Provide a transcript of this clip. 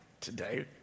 today